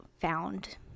found